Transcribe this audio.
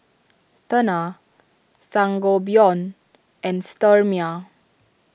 Tena Sangobion and Sterimar